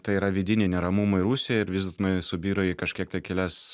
tai yra vidiniai neramumai rusijoj ir vis dėlto nu jie subyra į kažkiek tai kelias